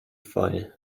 voll